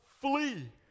flee